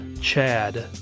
Chad